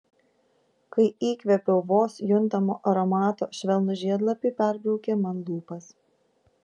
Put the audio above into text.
kai įkvėpiau vos juntamo aromato švelnūs žiedlapiai perbraukė man lūpas